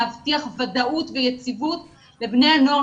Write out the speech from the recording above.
להבטיח ודאות ויציבות לבני הנוער,